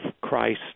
Christ